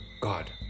God